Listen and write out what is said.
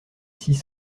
six